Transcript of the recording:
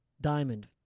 Diamond